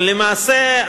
למעשה,